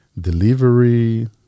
delivery